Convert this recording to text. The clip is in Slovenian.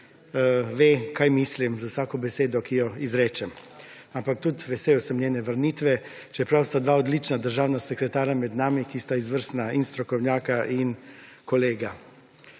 ve, kaj mislim z vsako besedo, ki jo izrečem. Ampak sem vesel njene vrnitve, čeprav sta med nami dva odlična državna sekretarja, ki sta izvrstna in strokovnjaka in kolega.